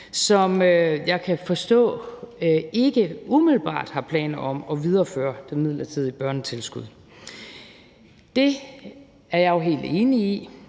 som jeg kan forstå ikke umiddelbart har planer om at videreføre det midlertidige børnetilskud. Det er jeg jo helt enig i,